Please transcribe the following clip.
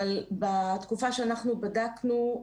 אבל בתקופה שאנחנו בדקנו,